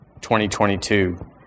2022